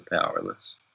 powerless